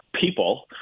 people